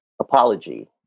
apology